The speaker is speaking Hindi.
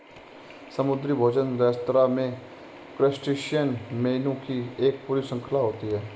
समुद्री भोजन रेस्तरां में क्रस्टेशियन मेनू की एक पूरी श्रृंखला होती है